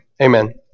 amen